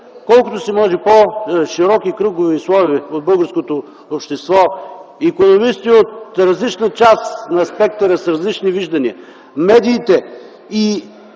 колкото се може по-широки кръгове и слоеве от българското общество – икономисти от различна част на спектъра с различни виждания, медиите и